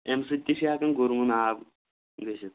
اَمہِ سۭتۍ تہِ چھِ ہٮ۪کَان گٔروٗن آب گٔژھِتھ